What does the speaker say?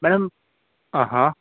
madam हा हा